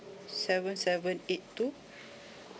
seven seven eight two